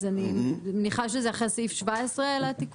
אז אני מניחה שזה אחרי סעיף 17 לתיקון.